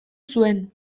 zuen